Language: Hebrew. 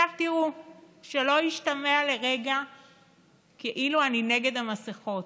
שלא ישתמע לרגע כאילו אני נגד המסכות.